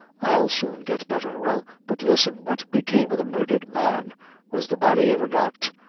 i'll soon get better well, but listen, what became of the murdhered man was the body ever got?